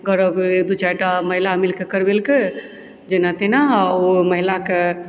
गर्भ दू चारिटा महिला मिल कऽ करबेलकै जेना तेना ओ महिला कऽ